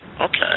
Okay